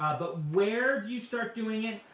but where do you start doing it?